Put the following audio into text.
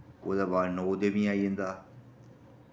ओह्दे बाद नौ देवियां आई जदा